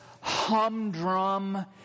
humdrum